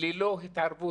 ללא התערבות